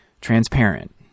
transparent